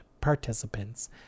participants